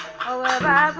however